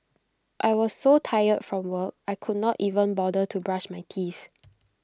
I was so tired from work I could not even bother to brush my teeth